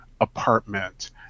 apartment